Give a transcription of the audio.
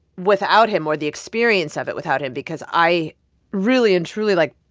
without him or the experience of it without him because i really and truly, like,